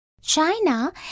China